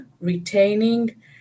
retaining